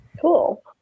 Cool